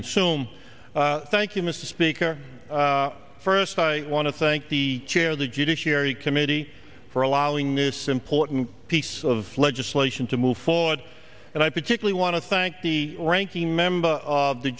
consume thank you mr speaker first i want to thank the chair of the judiciary committee for allowing this important piece of legislation to move forward and i particularly want to thank the ranking member of the